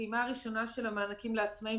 בפעימה הראשונה של המענקים לעצמאיים,